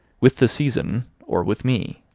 with the season, or with me.